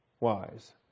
wise